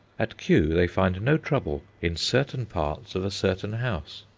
at kew they find no trouble in certain parts of a certain house.